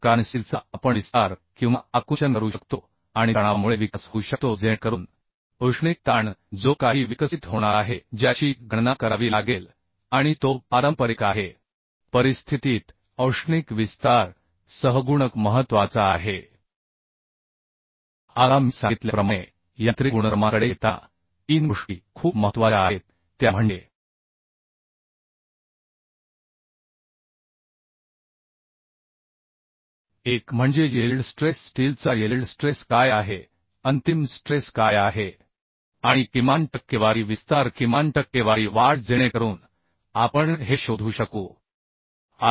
कारण स्टीलचा आपण विस्तार किंवा आकुंचन करू शकतो आणि तणावामुळे विकास होऊ शकतो जेणेकरून औष्णिक स्ट्रेस जो काही विकसित होणार आहे ज्याची गणना करावी लागेल आणि तो पारंपरिक आहे त्यांच्या संरचनेचे विश्लेषण करताना फोर्स ची गणना करावी लागेल तर अशा परिस्थितीत औष्णिक विस्तार सहगुणक महत्त्वाचा आहे आता मी सांगितल्याप्रमाणे यांत्रिक गुणधर्मांकडे येताना तीन गोष्टी खूप महत्त्वाच्या आहेत त्या म्हणजे एक म्हणजे यील्ड स्ट्रेस स्टीलचा यील्ड स्ट्रेस काय आहे अंतिम स्ट्रेस काय आहे आणि किमान टक्केवारी विस्तार किमान टक्केवारी वाढ जेणेकरून आपण हे शोधू शकू आय